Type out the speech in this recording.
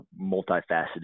multifaceted